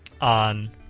on